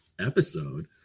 episode